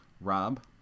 Rob